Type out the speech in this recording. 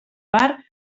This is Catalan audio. part